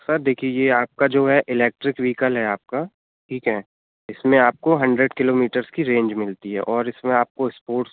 sir देखिए ये आपका जो है इलेक्ट्रिक वेहीकल है आपका ठीक है इसमें आपको हंड्रेड किलोमीटर्स की रेंज मिलती है और इसमें आपको स्पोर्ट्स